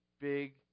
big